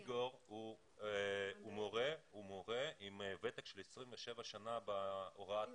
איגור הוא מורה עם ותק של 27 שנה בהוראת עברית.